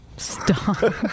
Stop